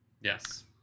Yes